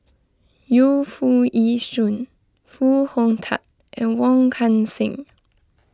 Yu Foo Yee Shoon Foo Hong Tatt and Wong Kan Seng